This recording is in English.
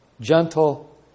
gentle